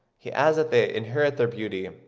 he adds that they inherit their beauty,